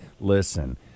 listen